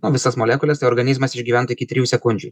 nu visos molekulės tai organizmas išgyventų iki trijų sekundžių